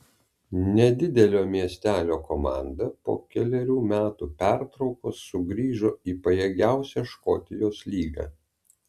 nedidelio miestelio komanda po kelerių metų pertraukos sugrįžo į pajėgiausią škotijos lygą